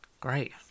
Great